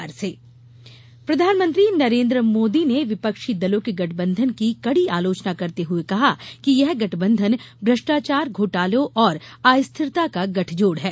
PM बयान प्रधानमंत्री नरेन्द्र मोदी ने विपक्षी दलों के गठबंधन की कडी आलोचना करते हुए कहा कि यह गठबंधन भ्रष्टाचार घोटालों और अस्थिरता का गठजोड़ है